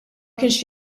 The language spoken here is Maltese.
kienx